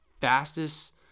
fastest